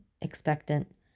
expectant